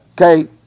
Okay